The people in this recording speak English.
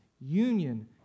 union